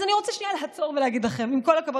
אז אני רוצה לעצור ולהגיד לכם שעם כל הכבוד,